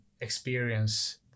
experience